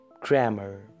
grammar